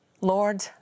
Lord